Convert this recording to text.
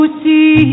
see